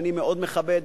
שאני מאוד מכבד,